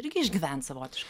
irgi išgyvent savotiškai